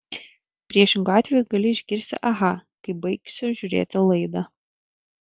priešingu atveju gali išgirsti aha kai baigsiu žiūrėti laidą